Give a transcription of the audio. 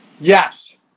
Yes